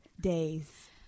days